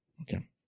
Okay